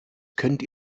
könnt